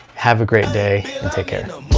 have a great day and take care.